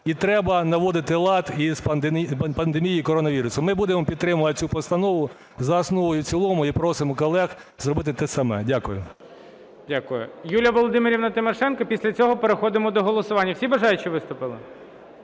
і треба наводити лад із пандемією коронавірусу. Ми будемо підтримувати цю постанову за основу і в цілому і просимо колег зробити те саме. Дякую. ГОЛОВУЮЧИЙ. Дякую. Юлія Володимирівна Тимошенко, після цього переходимо до голосування. Всі бажаючі виступили?